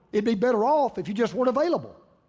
it'd be better off if you just weren't available.